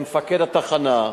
למפקד התחנה.